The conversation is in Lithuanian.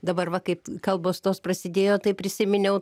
dabar va kaip kalbos tos prasidėjo tai prisiminiau